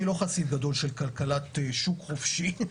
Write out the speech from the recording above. של כלכלת שוק חופשי,